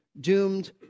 doomed